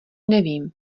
nevím